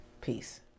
Peace